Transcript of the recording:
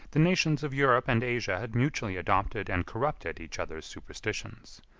the nations of europe and asia had mutually adopted and corrupted each other's superstitions.